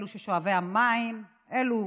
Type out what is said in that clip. אלו